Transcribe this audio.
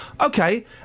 okay